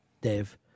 Dave